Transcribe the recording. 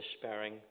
despairing